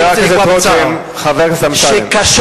אני רוצה לקבוע בצער, חבר הכנסת רותם.